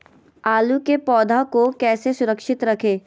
आलू के पौधा को कैसे सुरक्षित रखें?